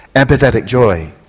empathic joy,